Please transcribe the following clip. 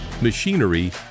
machinery